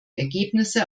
ergebnisse